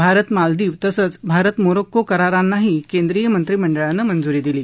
भारत मालदीव तसंच भारत मोरोक्को करारां नाही केंद्रीय मंत्रिमंडळानं आज मंजुरी दिली